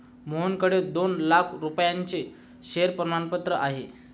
मोहनकडे दोन लाख रुपयांचे शेअर प्रमाणपत्र आहे